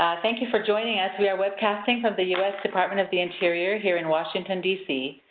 thank you for joining us. we are webcasting from the u s. department of the interior, here in washington, dc.